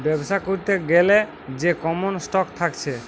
বেবসা করতে গ্যালে যে কমন স্টক থাকছে